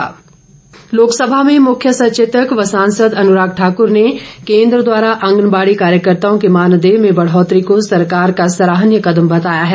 अनुराग लोकसभा में मुख्य सचेतक व सांसद अनुराग ठाकुर ने केंद्र द्वारा आंगनबाड़ी कार्यकर्ताओं के मानदेय में बढ़ौतरी को सरकार का सराहनीय कदम बताया है